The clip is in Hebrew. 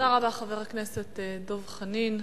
תודה רבה, חבר הכנסת דב חנין.